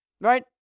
Right